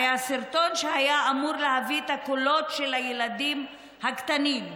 הרי הסרטון שהיה אמור להביא את הקולות של הילדים הקטנים,